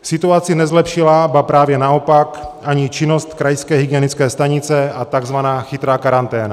Situaci nezlepšila, ba právě naopak, ani činnost krajské hygienické stanice a tzv. chytrá karanténa.